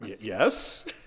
Yes